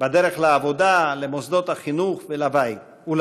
בדרך לעבודה, למוסדות החינוך ולבית.